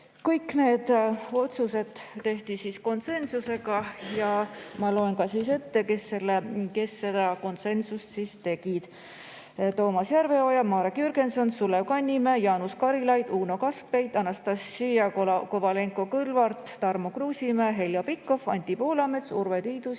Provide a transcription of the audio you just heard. Kõik need otsused tehti konsensusega ja ma loen ka ette, kes need otsused tegid: Toomas Järveoja, Marek Jürgenson, Sulev Kannimäe, Jaanus Karilaid, Uno Kaskpeit, Anastassia Kovalenko-Kõlvart, Tarmo Kruusimäe, Heljo Pikhof, Anti Poolamets, Urve Tiidus